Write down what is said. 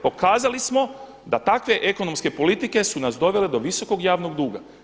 Pokazali smo da takve ekonomske politike su nas dovele do visokog javnog duga.